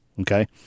Okay